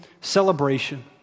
celebration